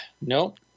Nope